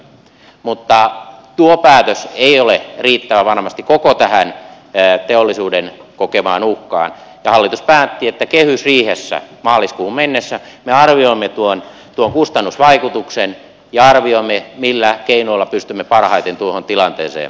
mutta tuo päätös ei ole varmasti riittävä koko tähän teollisuuden kokemaan uhkaan ja hallitus päätti että kehysriihessä maaliskuuhun mennessä me arvioimme tuon kustannusvaikutuksen ja arvioimme millä keinoilla pystymme parhaiten tuohon tilanteeseen